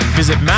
visit